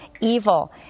evil